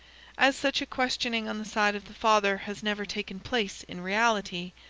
as such a questioning on the side of the father has never taken place in reality,